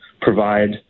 provide